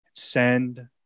send